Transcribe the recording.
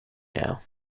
now